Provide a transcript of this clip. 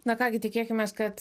na ką gi tikėkimės kad